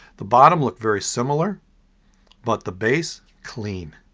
the bottom looked very similar but the base. clean,